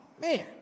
man